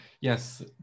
Yes